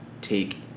take